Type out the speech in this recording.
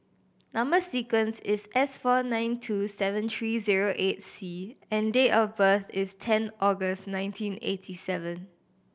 number sequence is S four nine two seven three zero eight C and date of birth is ten August nineteen eighty seven